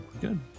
good